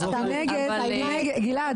גלעד,